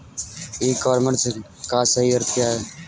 ई commerce का सही अर्थ क्या है?